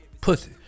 pussy